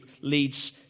leads